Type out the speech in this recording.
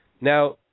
Now